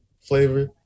flavor